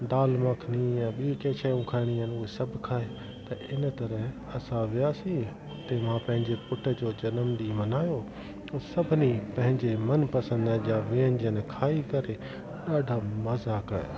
दालि मखनी या ॿियूं काई शयूं खाइणी आहिनि उहे सभु खाए त इन तरह असां वियासीं हुते मां पंहिंजे पुट जो ॼनमु ॾींहुं मल्हायो ऐं सभिनी पंहिंजे मनपसंदि जा व्यंजन खाई करे ॾाढा मज़ा कया